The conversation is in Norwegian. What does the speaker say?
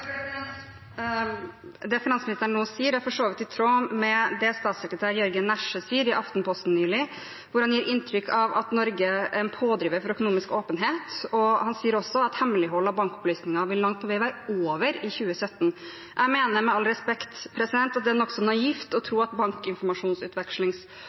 Det finansministeren nå sier, er for så vidt i tråd med det statssekretær Jørgen Næsje nylig sier i Aftenposten, hvor han gir inntrykk av at Norge er en pådriver for økonomisk åpenhet. Han sier også at hemmelighold av bankopplysninger langt på vei vil være over i 2017. Jeg mener, med all respekt, at det er nokså naivt å